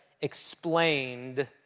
explained